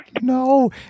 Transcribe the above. No